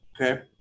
Okay